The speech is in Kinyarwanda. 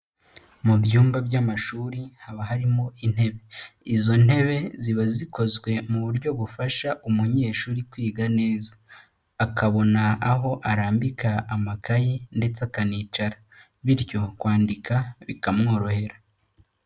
Mu byumba by'amashuri haba harimo intebe, izo ntebe ziba zikozwe mu buryo bufasha umunyeshuri kwiga neza, akabona aho arambika amakayi ndetse akanicara, bityo kwandika bikamworohera.